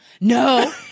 No